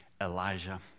Elijah